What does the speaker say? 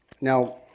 now